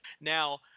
Now